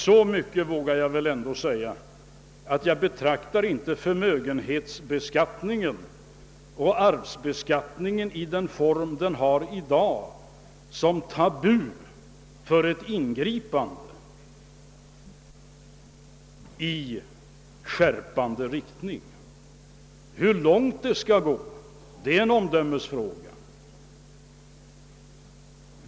Så mycket vågar jag väl ändå säga att jag inte betraktar förmögenhetsbeskattningen och arvsbeskattningen i den form dessa i dag har som tabu för ett ingripande i skärpande riktning. Hur långt man skall gå är en omdömesfråga.